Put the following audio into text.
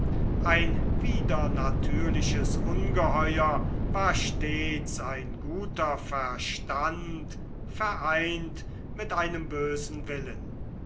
ein widernatürliches ungeheuer war stets ein guter verstand vereint mit einem bösen willen